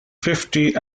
fifty